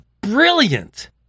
brilliant